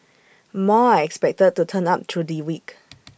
more are expected to turn up through the week